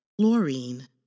chlorine